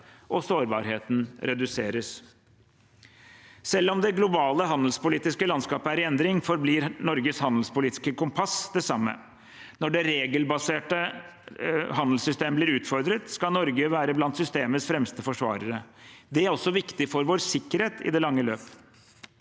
og sårbarheten reduseres. Selv om det globale handelspolitiske landskapet er i endring, forblir Norges handelspolitiske kompass det samme. Når det regelbaserte handelssystemet blir utfordret, skal Norge være blant systemets fremste forsvarere. Det er også viktig for vår sikkerhet i det lange løp.